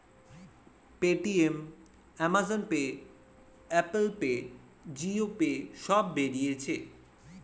Paytm, Amazon pay, Apple pay, Jio pay সব বেরিয়েছে